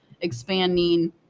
expanding